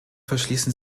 verschließen